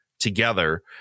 together